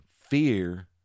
fear